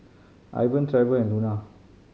Ivan Trever and Luna